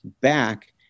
back